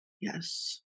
Yes